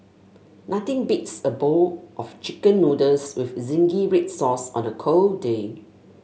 nothing beats a bowl of chicken noodles with zingy red sauce on a cold day